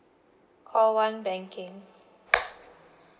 call one banking